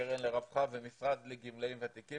הקרן לרווחה והמשרד לאזרחים ותיקים